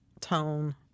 tone